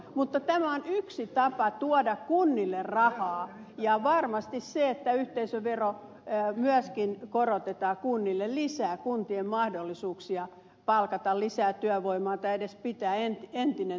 mutta tämä on yksi tapa tuoda kunnille rahaa ja varmasti se että yhteisövero myöskin korotetaan kunnille lisää kuntien mahdollisuuksia palkata lisää työvoimaa tai edes pitää entinen työvoimansa